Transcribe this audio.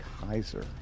Kaiser